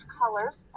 colors